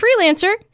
freelancer